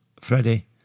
Freddie